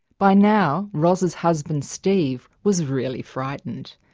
by now ros' husband steve was really frightened.